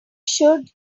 should